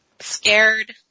Scared